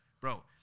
bro